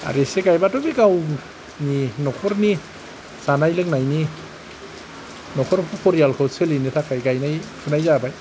आरो एसे गाइबाथ' गावनि नखरनि जानाय लोंनायनि नखर परियालखौ सोलिनो थाखाय गाइनाय फुनाय जाबाय